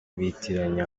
bitiranya